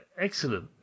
excellent